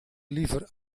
liever